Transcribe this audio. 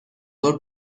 ظهر